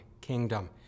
kingdom